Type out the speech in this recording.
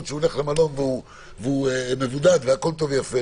שהוא הולך למלון ומבודד והכול טוב ויפה,